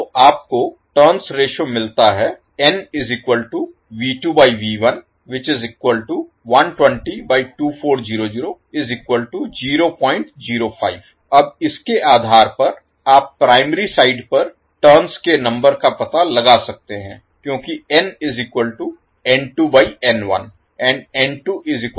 तो आप को टर्न्स रेश्यो मिलता है अब इसके आधार पर आप प्राइमरी साइड पर टर्न्स के नंबर का पता लगा सकते हैं क्योंकि and